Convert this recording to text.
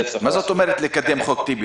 מה זאת אומרת "לקדם את חוק טיבי"?